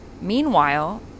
meanwhile